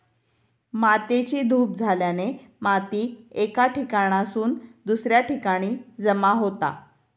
मातेची धूप झाल्याने माती एका ठिकाणासून दुसऱ्या ठिकाणी जमा होता